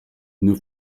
une